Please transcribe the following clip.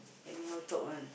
anyhow talk one